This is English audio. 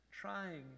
trying